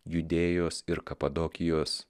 judėjos ir kapadokijos